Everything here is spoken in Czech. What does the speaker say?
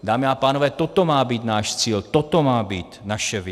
Dámy a pánové, toto má být náš cíl, toto má být naše vize.